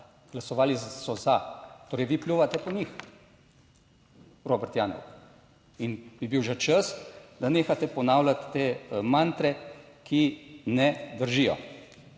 Glasovali so za. Torej, vi pljuvate po njih, Robert Janev in bi bil že čas, da nehate ponavljati te mantre, ki ne držijo.